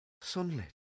Sunlit